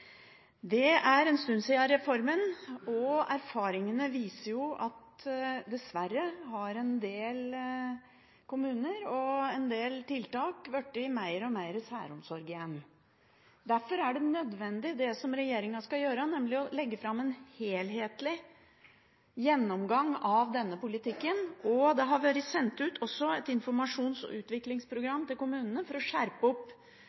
Det er en stund siden reformen kom. Erfaringene viser at dessverre har en del tiltak i en del kommuner igjen blitt mer og mer særomsorg. Derfor er det nødvendig det som regjeringen skal gjøre, nemlig legge fram en helhetlig gjennomgang av denne politikken. Det har også blitt sendt ut et informasjons- og